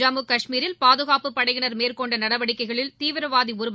ஜம்மு காஷ்மீரில் பாதுகாப்புப் படையினர் மேற்கொண்ட நடவடிக்கைகளில் தீவிரவாதி ஒருவர்